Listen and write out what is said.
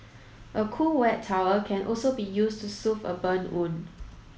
a cool wet towel can also be used to soothe a burn wound